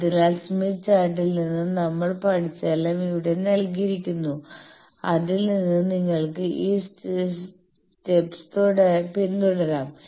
അതിനാൽ സ്മിത്ത് ചാർട്ടിൽ നിന്ന് നമ്മൾ പഠിച്ചതെല്ലാം ഇവിടെ നൽകിയിരിക്കുന്നു അതിൽ നിന്ന് നിങ്ങൾക്ക് ഈ സ്റ്റെപ്സ് പിന്തുടരാം